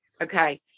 Okay